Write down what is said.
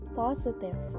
positive